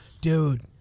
dude